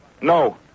No